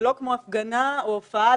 ולא כמו הפגנה או הופעה